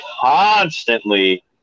constantly